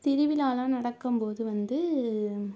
திருவிழாலாம் நடக்கும் போது வந்து